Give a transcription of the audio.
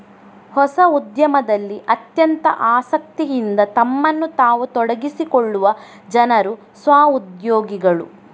ಹೊಸ ಉದ್ಯಮದಲ್ಲಿ ಅತ್ಯಂತ ಆಸಕ್ತಿಯಿಂದ ತಮ್ಮನ್ನು ತಾವು ತೊಡಗಿಸಿಕೊಳ್ಳುವ ಜನರು ಸ್ವ ಉದ್ಯೋಗಿಗಳು